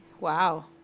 Wow